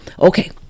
Okay